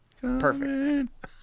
Perfect